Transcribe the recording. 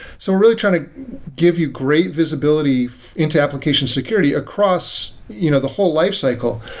so we're really trying to give you great visibility into application security across you know the whole lifecycle.